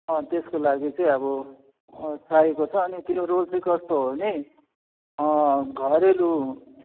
अनि त्यसको लागि चाहिँ अब चाहिएको छ अनि त्यो रोल चाहिँ कस्तो हो भने घरेलु